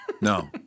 No